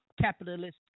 capitalist